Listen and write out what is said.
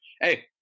Hey